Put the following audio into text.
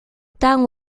temps